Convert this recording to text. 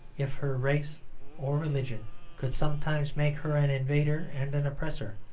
if her race or religion could sometimes make her an invader and an oppressor,